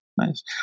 Nice